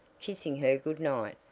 kissing her good-night,